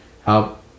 help